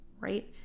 right